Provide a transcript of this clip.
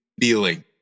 feeling